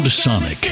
Sonic